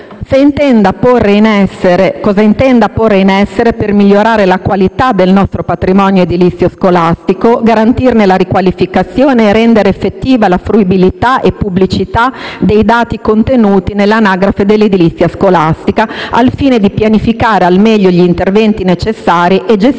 intenda porre in essere per migliorare la qualità del nostro patrimonio edilizio scolastico, garantirne la riqualificazione e rendere effettiva la fruibilità e pubblicità dei dati contenuti nell'anagrafe dell'edilizia scolastica, al fine di pianificare al meglio gli interventi necessari e gestire